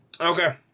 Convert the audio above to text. Okay